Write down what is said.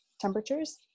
temperatures